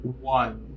one